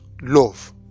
love